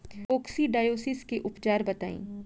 Coccidiosis के उपचार बताई?